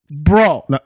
bro